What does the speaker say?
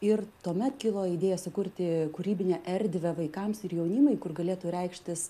ir tuomet kilo idėja sukurti kūrybinę erdvę vaikams ir jaunimui kur galėtų reikštis